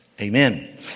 amen